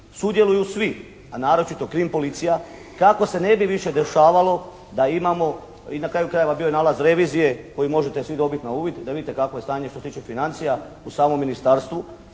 sudjeluju svi, a naročito krim policija kako se ne b i više dešavalo da imamo i na kraju krajeva bio je nalaz revizije koji možete svi dobiti na uvid da vidite kakvo je stanje što se tiče financija u samom ministarstvu